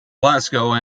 glasgow